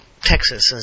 Texas